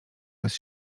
bez